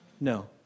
No